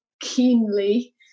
keenly